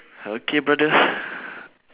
okay brother